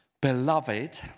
beloved